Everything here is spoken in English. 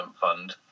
fund